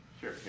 Sure